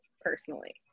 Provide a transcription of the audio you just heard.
personally